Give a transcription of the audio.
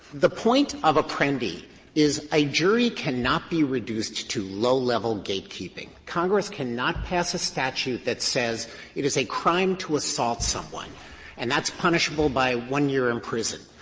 the point of apprendi is a jury cannot be reduced to low-level gatekeeping. congress cannot pass a statute that says it is a crime to assault someone and that's punishable by one year in prison,